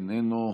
איננו,